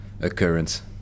occurrence